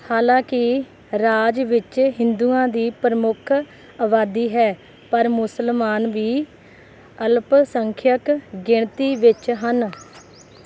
ਹਾਲਾਂਕਿ ਰਾਜ ਵਿੱਚ ਹਿੰਦੂਆਂ ਦੀ ਪ੍ਰਮੁੱਖ ਆਬਾਦੀ ਹੈ ਪਰ ਮੁਸਲਮਾਨ ਵੀ ਅਲਪ ਸੰਖਿਅਕ ਗਿਣਤੀ ਵਿੱਚ ਹਨ